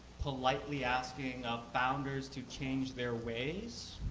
politely asking ah founders to change their ways.